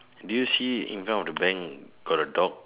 do you see in front of the bank got a dog